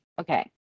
okay